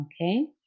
Okay